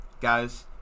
guys